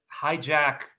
hijack